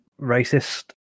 racist